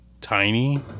tiny